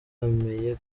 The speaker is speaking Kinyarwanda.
bemeye